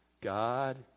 God